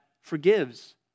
forgives